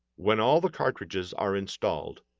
when all the cartridges are installed,